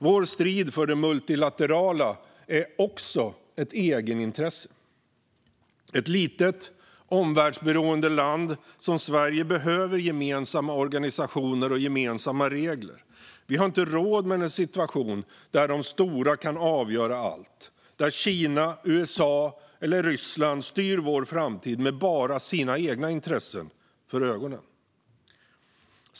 Vår strid för det multilaterala är också ett egenintresse. Ett litet och omvärldsberoende land som Sverige behöver gemensamma organisationer och gemensamma regler. Vi har inte råd med en situation där de stora kan avgöra allt och där Kina, USA eller Ryssland styr vår framtid med bara sina egna intressen för ögonen.